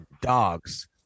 dogs